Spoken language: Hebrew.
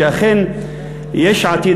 שאכן יש עתיד,